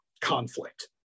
conflict